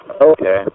Okay